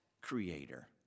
creator